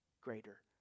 greater